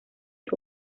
que